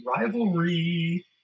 rivalry